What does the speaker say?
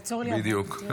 בדיוק.